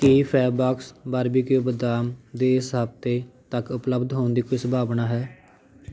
ਕੀ Fabbox barbecue ਬਦਾਮ ਦੇ ਇਸ ਹਫ਼ਤੇ ਤੱਕ ਉਪਲਬਧ ਹੋਣ ਦੀ ਕੋਈ ਸੰਭਾਵਨਾ ਹੈ